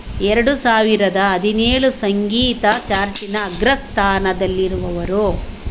ಎರಡು ಸಾವಿರದ ಹದಿನೇಳು ಸಂಗೀತ ಚಾರ್ಟಿನ ಅಗ್ರಸ್ಥಾನದಲ್ಲಿರುವವರು